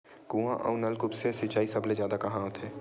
कुआं अउ नलकूप से सिंचाई सबले जादा कहां होथे?